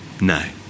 No